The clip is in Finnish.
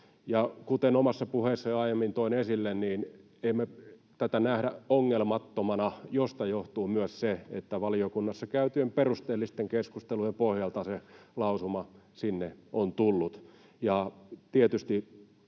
Kuten omassa puheessani jo aiemmin toin esille, ei me tätä nähdä ongelmattomana, mistä johtuu myös se, että valiokunnassa käytyjen perusteellisten keskustelujen pohjalta se lausuma sinne on tullut.